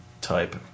type